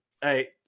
Hey